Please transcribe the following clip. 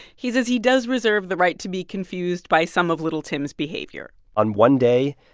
he says he does reserve the right to be confused by some of little tim's behavior on one day,